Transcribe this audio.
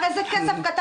מדובר פה בכסף קטן.